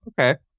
Okay